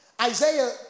Isaiah